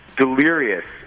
delirious